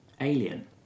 alien